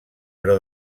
però